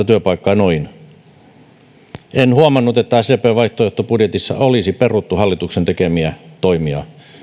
työpaikkaa en huomannut että sdpn vaihtoehtobudjetissa olisi peruttu hallituksen tekemiä toimia